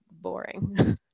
boring